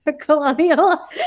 Colonial